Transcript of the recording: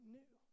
new